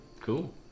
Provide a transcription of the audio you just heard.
Cool